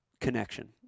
connection